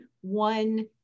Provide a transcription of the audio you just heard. one